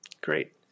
Great